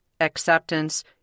acceptance